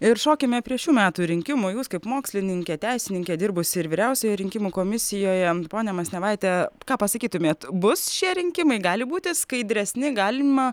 ir šokime prie šių metų rinkimų jūs kaip mokslininkė teisininkė dirbusi ir vyriausioje rinkimų komisijoje ponia masnevaite ką pasakytumėt bus šie rinkimai gali būti skaidresni galima